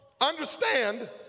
understand